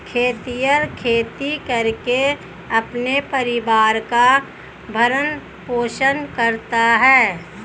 खेतिहर खेती करके अपने परिवार का भरण पोषण करता है